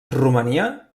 romania